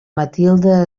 matilde